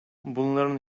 bunların